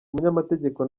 umunyamategeko